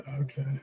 Okay